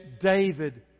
David